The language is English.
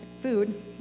food